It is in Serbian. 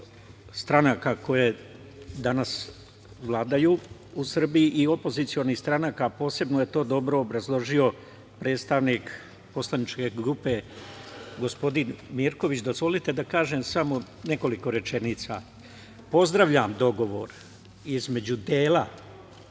stranaka koje danas vladaju u Srbiji i opozicionih stranaka, a posebno je to dobro obrazložio predstavnik poslaničke grupe, gospodin Mirković, dozvolite da kažem samo nekoliko rečenica. Pozdravljam dogovor između dela